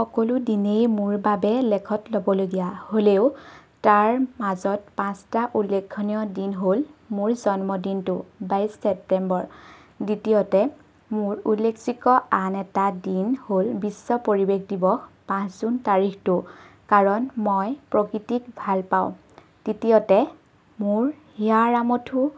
সকলো দিনেই মোৰ বাবে লেখত ল'বলগীয়া হ'লেও তাৰ মাজত পাঁচটা উল্লেখনীয় দিন হ'ল মোৰ জন্মদিনটো বাইছ ছেপ্টেম্বৰ দ্বিতীয়তে মোৰ উল্লেখযোগ্য আন এটা দিন হ'ল বিশ্ব পৰিৱেশ দিৱস পাঁচ জুন তাৰিখটো কাৰণ মই প্ৰকৃতিক ভাল পাওঁ তৃতীয়তে মোৰ হিয়াৰ আমঠু